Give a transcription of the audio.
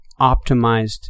optimized